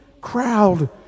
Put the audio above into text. crowd